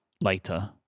later